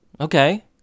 Okay